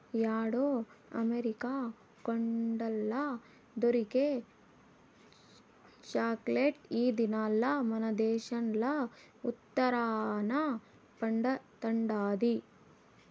యాడో అమెరికా కొండల్ల దొరికే చాక్లెట్ ఈ దినాల్ల మనదేశంల ఉత్తరాన పండతండాది